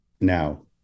now